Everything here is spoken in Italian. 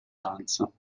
danza